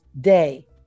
day